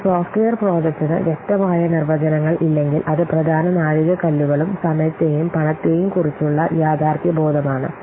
ഒരു സോഫ്റ്റ്വെയർ പ്രോജക്റ്റിന് വ്യക്തമായ നിർവചനങ്ങൾ ഇല്ലെങ്കിൽ അത് പ്രധാന നാഴികക്കല്ലുകളും സമയത്തെയും പണത്തെയും കുറിച്ചുള്ള യാഥാർത്ഥ്യബോധമാണ്